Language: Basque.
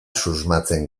susmatzen